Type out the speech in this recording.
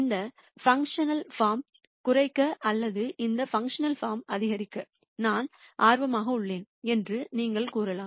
இந்த functional form குறைக்க அல்லது இந்த பாண்க்ஷனால் போரம் அதிகரிக்க நான் ஆர்வமாக உள்ளேன் என்று நீங்கள் கூறலாம்